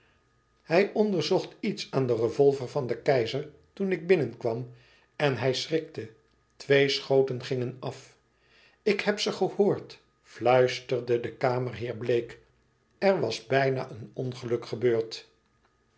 hij onderzocht iets aan den revolver van den keizer toen ik binnenkwam en hij schrikte twee schoten gingen af ik heb ze gehoord fluisterde de kamerheer bleek er was bijna een ongeluk gebeurd